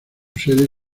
sede